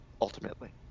ultimately